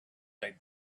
they